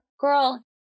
Girl